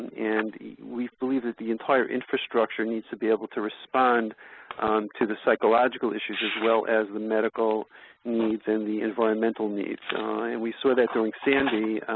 and we believe that the entire infrastructure needs to be able to respond to the psychological issues as well as the medical needs and the environmental needs. and we saw that during sandy,